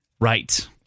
Right